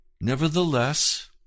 nevertheless